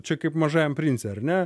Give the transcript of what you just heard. čia kaip mažajam prince ar ne